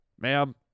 Ma'am